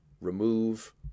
remove